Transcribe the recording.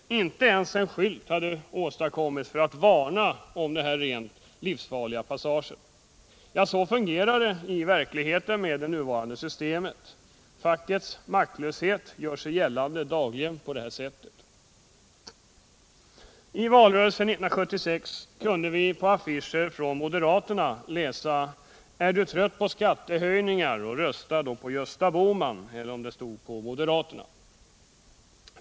Inte ens en skylt hade uppsatts för att varna om denna livsfarliga passage. Så fungerar det i verkligheten med nuvarande system. Fackets maktlöshet gör sig gällande dagligen på det här sättet. I valrörelsen 1976 kunde vi på affischer från moderaterna läsa: Är du trött på skattehöjningar, rösta då på Gösta Bohman — eller kanske det stod moderaterna.